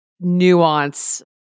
nuance